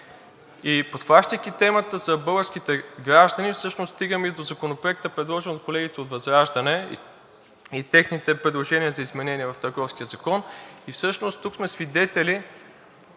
Подхващайки темата за българските граждани, всъщност стигаме и до Законопроекта, предложен от колегите от ВЪЗРАЖДАНЕ и техните предложения за изменения в Търговския закон, всъщност тук сме свидетели